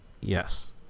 yes